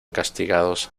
castigados